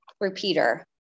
repeater